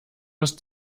ist